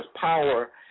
power